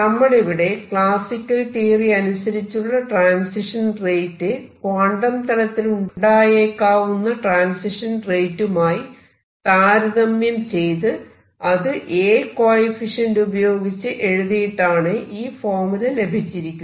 നമ്മളിവിടെ classical theory അനുസരിച്ചുള്ള transition rate quantum തലത്തിൽ ഉണ്ടായേക്കാവുന്ന ട്രാൻസിഷൻ റേറ്റുമായി താരതമ്യം ചെയ്ത് അത് A കോയെഫിഷ്യന്റ് ഉപയോഗിച്ച് എഴുതിയിട്ടാണ് ഈ ഫോർമുല ലഭിച്ചിരിക്കുന്നത്